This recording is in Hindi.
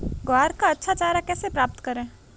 ग्वार का अच्छा चारा कैसे प्राप्त करें?